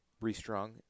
restrung